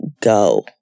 go